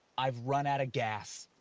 i've run out of gas.